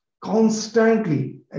Constantly